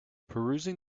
perusing